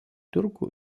tiurkų